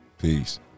Peace